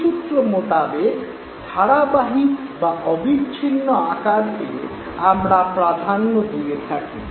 এই সূত্র মোতাবেক ধারাবাহিক বা অবিচ্ছিন্ন আকারকে আমরা প্রাধান্য দিয়ে থাকি